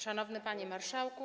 Szanowny Panie Marszałku!